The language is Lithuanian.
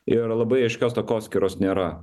ir labai aiškios takoskyros nėra